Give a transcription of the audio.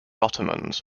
ottomans